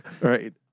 right